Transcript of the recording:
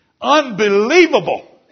Unbelievable